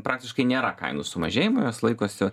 praktiškai nėra kainų sumažėjimo jos laikosi